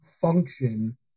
function